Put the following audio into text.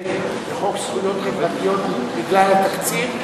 להתנגד לחוק זכויות חברתיות בגלל התקציב,